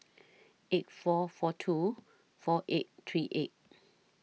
eight four four two four eight three eight